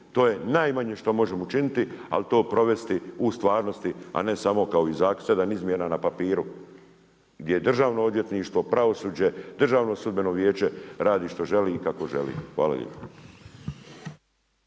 to je najmanje što možemo učiniti, ali to provesti u stvarnosti, a ne samo kao … sedam izmjena na papiru, gdje državno odvjetništvo, pravosuđe, Državno sudbeno vijeće radi što želi i kako želi. Hvala lijepa.